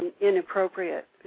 inappropriate